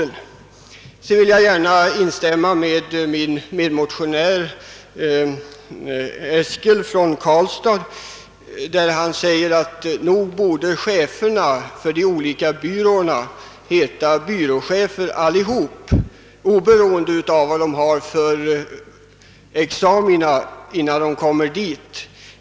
Vidare vill jag instämma med min medmotionär herr Eskel när han säger att cheferna för de olika byråerna samtliga bör kallas byråchefer, oberoende av vad de har för examina innan de kommer till verket.